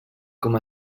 com